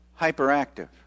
hyperactive